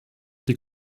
die